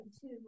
two